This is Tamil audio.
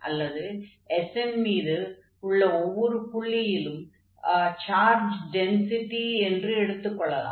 அல்லது S ன் மீது உள்ள ஒவ்வொரு புள்ளியின் சார்ஜ் டென்ஸிடி என்று எடுத்துக் கொள்ளலாம்